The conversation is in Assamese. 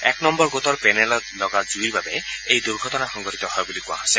এক নম্বৰ গোটৰ পেনেলত লগা জুইৰ বাবে এই দুৰ্ঘটনা সংঘটিত হয় বুলি কোৱা হৈছে